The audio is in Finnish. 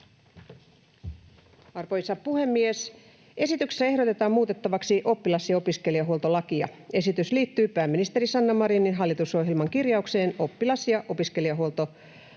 Arvoisa puhemies! Esityksessä ehdotetaan muutettavaksi oppilas‑ ja opiskelijahuoltolakia. Esitys liittyy pääministeri Sanna Marinin hallitusohjelman kirjaukseen oppilas‑ ja opiskelijahuollon